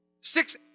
Six